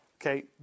Okay